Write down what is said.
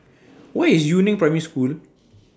Where IS Yu Neng Primary School